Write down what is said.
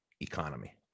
economy